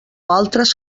altres